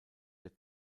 der